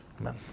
Amen